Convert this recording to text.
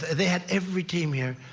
they had every team here.